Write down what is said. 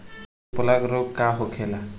पशु प्लग रोग का होखेला?